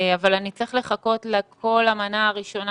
אבל אני צריך לחכות לכל המנה הראשונה